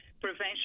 prevention